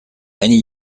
many